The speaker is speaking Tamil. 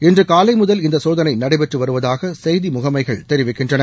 இன்று காலை முதல் இந்த சோதனை நடைபெற்று வருவதாக செய்தி முகமைகள் தெரிவிக்கின்றன